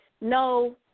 No